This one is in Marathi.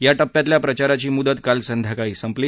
या टप्प्यातल्या प्रचाराची मुदत काल संध्याकाळी संपली